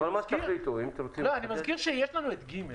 אבל אני מזכיר שיש לנו את (ג).